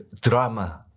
drama